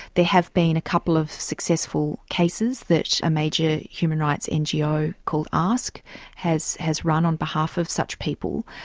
there have been a couple of successful cases that a major human rights ngo called ask has has run on behalf of such people,